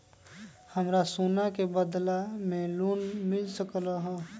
हमरा सोना के बदला में लोन मिल सकलक ह?